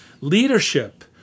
leadership